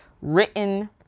written